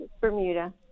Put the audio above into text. Bermuda